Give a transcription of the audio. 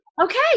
okay